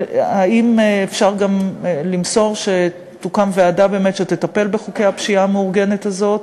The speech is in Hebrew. האם אפשר גם למסור שתוקם ועדה שתטפל בחוקי הפשיעה המאורגנת הזאת?